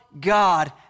God